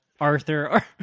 Arthur